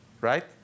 right